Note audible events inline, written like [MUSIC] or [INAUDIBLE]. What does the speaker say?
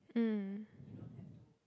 mm [BREATH]